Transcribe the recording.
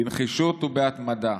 בנחישות ובהתמדה.